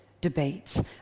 debates